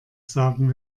sagen